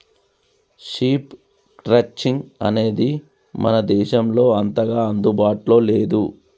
sheep crutching అనేది మన దేశంలో అంతగా అందుబాటులో లేదు